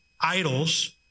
idols